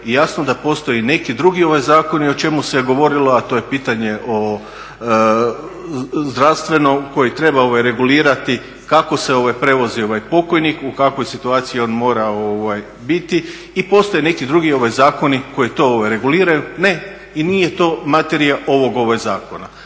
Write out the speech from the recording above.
i jasno da postoji neki drugi zakoni o čemu se je govorilo, a to je pitanje zdravstveno koje treba regulirati kao se prevozi ovaj pokojnik, u kakvoj situaciji on mora biti i postoje neki drugi zakoni koji to reguliraju. Ne i nije to materija ovog zakona.